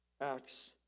Acts